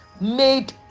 made